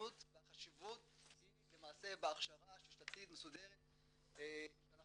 בגזענות והחשיבות היא למעשה בהכשרה שיטתית ומסודרת שאנחנו